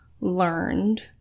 learned